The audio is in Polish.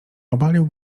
obalił